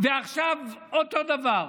ועכשיו אותו דבר: